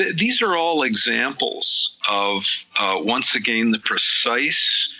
these are all examples of once again the precise,